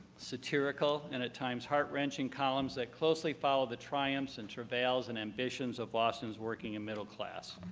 satirical, and at times heart-wrenching columns that closely follow the triumphs and travails and ambitions of boston's working and middle class.